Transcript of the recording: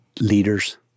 leaders